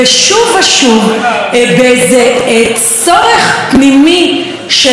באיזה צורך פנימי של הרס,